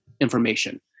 information